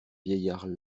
vieillard